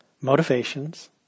motivations